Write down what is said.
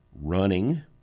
running